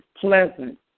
pleasant